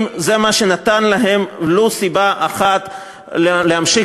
האם זה מה שנתן להם ולו סיבה אחת להמשיך